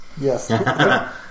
Yes